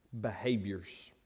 behaviors